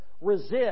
Resist